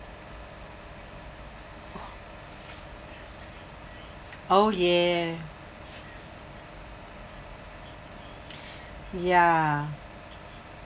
oh yeah ya